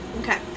Okay